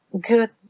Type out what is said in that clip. good